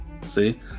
See